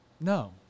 No